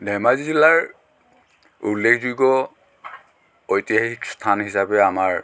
ধেমাজি জিলাৰ উল্লেখযোগ্য ঐতিহাসিক স্থান হিচাপে আমাৰ